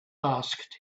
asked